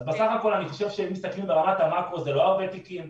אז בסך הכול אני חושב שאם מסתכלים ברמת המקרו זה לא הרבה תיקים,